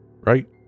right